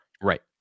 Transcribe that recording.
right